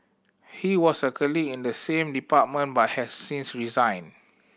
he was a colleague in the same department but has since resigned